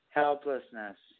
helplessness